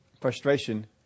Frustration